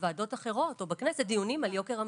בוועדות אחרות דיונים על יוקר המחיה.